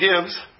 gives